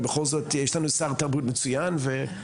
כי בכל זאת יש לנו שר תרבות מצוין ונשמע.